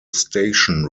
station